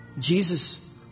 Jesus